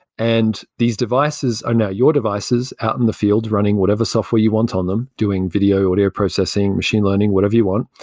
and these devices are now your devices out in the field running whatever software you want on them, doing video, audio processing, machine learning, whatever you want.